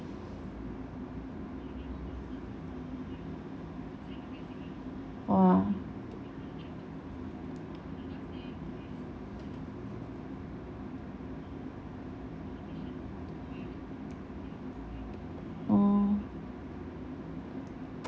!whoa! oh